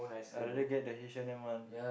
I rather get the H-and-M one